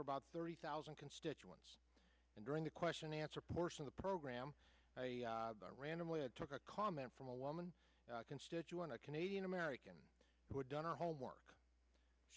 for about thirty thousand constituents and during the question answer portion of the program i randomly took a comment from a woman constituent a canadian american who had done her homework